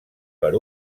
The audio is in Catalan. per